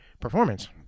performance